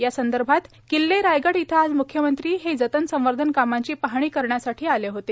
यासंदर्भात किल्ले रायगड इथ आज मुख्यमंत्री हे जतन संवर्धन कामांची पाहणी करण्यासाठी आले होते